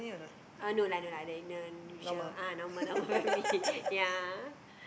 uh no lah no lah no the usual ah normal normal family yeah